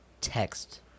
text